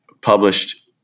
published